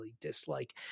dislike